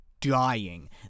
dying